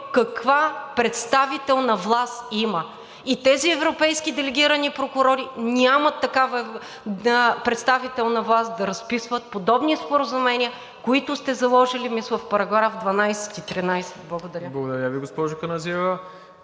каква представителна власт има и тези европейски делегирани прокурори нямат такава представителна власт да разписват подобни споразумения, които сте заложили, мисля, в § 12 и 13. Благодаря. ПРЕДСЕДАТЕЛ МИРОСЛАВ